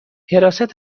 حراست